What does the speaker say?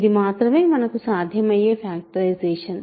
ఇది మాత్రమే మనకు సాధ్యమయ్యే ఫ్యాక్టరైజేషన్